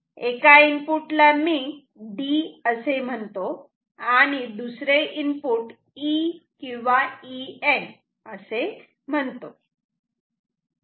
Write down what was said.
एका इनपुटला मी D असे म्हणतो आणि दुसरे इनपुट E किंवा EN असे म्हणतो